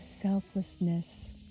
selflessness